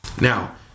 Now